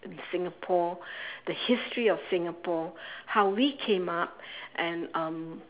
singapore the history of singapore how we came up and um